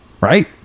Right